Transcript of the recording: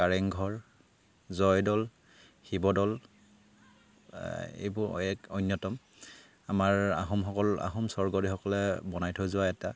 কাৰেংঘৰ জয়দৌল শিৱদৌল এইবোৰ এক অন্যতম আমাৰ আহোমসকল আহোম স্বৰ্গদেউসকলে বনাই থৈ যোৱা এটা